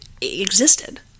existed